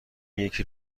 یکی